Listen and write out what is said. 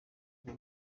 kuva